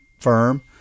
firm